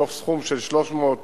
מתוך סכום של 350